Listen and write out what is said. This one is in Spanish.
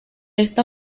esta